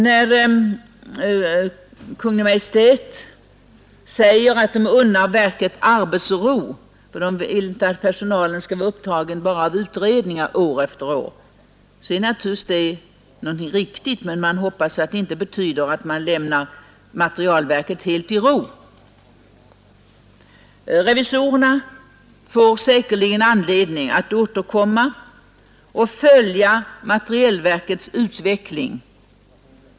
När Kungl. Maj:t säger, att man unnar verket arbetsro, eftersom man inte vill att personalen skall vara upptagen av utredningar år efter år, är det naturligtvis riktigt; jag hoppas bara, att det inte betyder, att man lämnar materielverket helt i ro. Revisorerna får säkerligen anledning att återkomma och följa materielverkets utveckling.